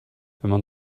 man